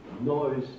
noise